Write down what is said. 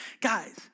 guys